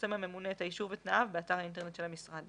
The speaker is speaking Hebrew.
יפרסם הממונה את האישור ותנאיו באתר האינטרנט של המשרד".